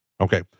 Okay